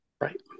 Right